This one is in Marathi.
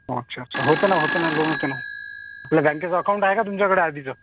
हो अच्छा अच्छा होते ना होते ना लोन होते ना आपल्या बँकेचं अकाऊंट आहे का तुमच्याकडे आधीचं